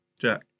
Jack